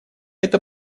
это